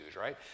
right